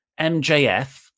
MJF